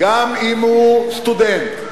גם אם הוא סטודנט,